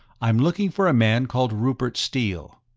i'm looking for a man called rupert steele.